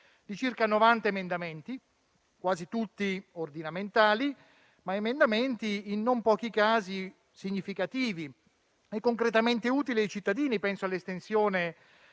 di circa 90 emendamenti, quasi tutti ordinamentali, ma in non pochi casi significativi e concretamente utili ai cittadini. Penso all'estensione